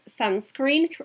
sunscreen